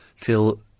till